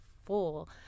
full